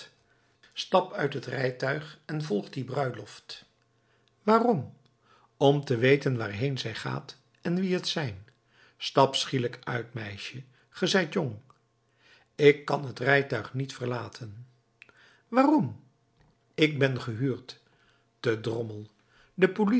stap uit het rijtuig en volg die bruiloft waarom om te weten waarheen zij gaat en wie het zijn stap schielijk uit meisje ge zijt jong ik kan het rijtuig niet verlaten waarom ik ben gehuurd te drommel de politie